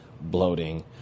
bloating